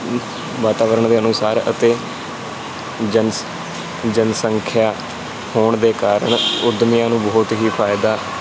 ਵਾਤਾਵਰਨ ਦੇ ਅਨੁਸਾਰ ਅਤੇ ਜਨ ਜਨਸੰਖਿਆ ਹੋਣ ਦੇ ਕਾਰਨ ਉਦਮੀਆਂ ਨੂੰ ਬਹੁਤ ਵੀ ਫਾਇਦਾ